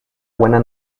buena